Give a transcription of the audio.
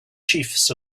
chiefs